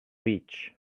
beach